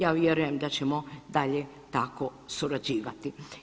Ja vjerujem da ćemo dalje tako surađivati.